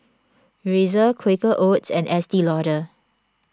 Razer Quaker Oats and Estee Lauder